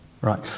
right